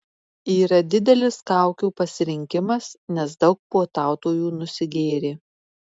yra didelis kaukių pasirinkimas nes daug puotautojų nusigėrė